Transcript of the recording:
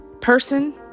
person